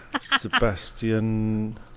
Sebastian